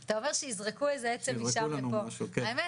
אתה אומר שייזרקו איזה עצם משם לפה, האמת,